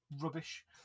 rubbish